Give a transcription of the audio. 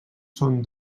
són